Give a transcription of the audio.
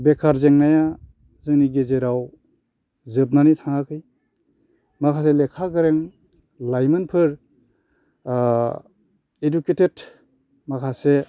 बेखार जेंनाया जोंनि गेजेराव जोबनानै थाङाखै माखासे लेखा गोरों लाइमोनफोर इडुकेटेड माखासे